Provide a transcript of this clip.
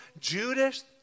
Judas